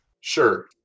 Sure